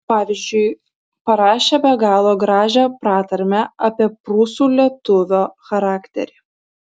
pavyzdžiui parašė be galo gražią pratarmę apie prūsų lietuvio charakterį